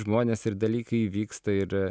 žmonės ir dalykai vyksta ir